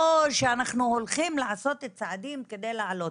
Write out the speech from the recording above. לא שאנחנו הולכים לעשות צעדים כדי להעלות.